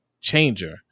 changer